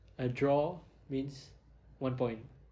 a draw means one point